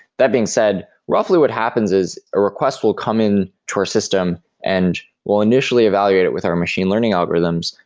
that being said, roughly what happens is a request will come in to our system and we'll initially evaluate it with our machine learning algorithms,